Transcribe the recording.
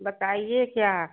बताइए क्या